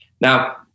Now